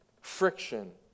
friction